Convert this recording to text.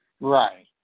Right